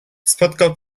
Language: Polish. spotkał